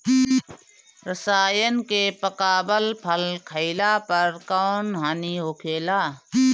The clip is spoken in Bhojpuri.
रसायन से पकावल फल खइला पर कौन हानि होखेला?